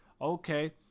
Okay